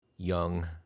young